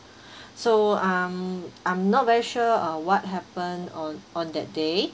so um I'm not very sure uh what happened on on that day